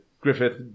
griffith